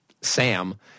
Sam